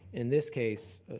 in this case,